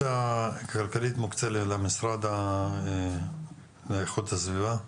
הכלכלית מוקצה למשרד לאיכות הסביבה?